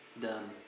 Done